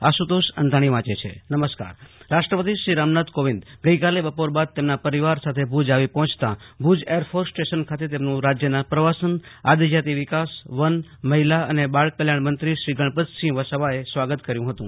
રાષ્ટ્ર પતિ કચ્છ ધોરડોની મુલાકાત રાષ્ટ્રપતિ શ્રી રામનાથ કોવિંદ ગઈ કાલે બપોર બાદ તેમના પરિવાર સાથે ભુજ આવી પહોંચતા ભુજ એરફોર્સ સ્ટેશન ખાતે તેમનું રાજ્યના પ્રવાસન આદિજાતિ વિકાસ મહિલા અને બાળ કલ્યાણ મંત્રી શ્રી ગણપતસિંહ વસાવાએ સ્વાગત કર્યુ હતું